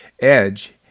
edge